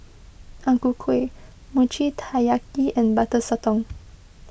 Ang Ku Kueh Mochi Taiyaki and Butter Sotong